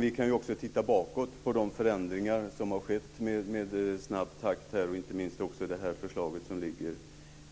Vi kan också titta bakåt på de förändringar som har skett i snabb takt, inte minst också på det förslag som ligger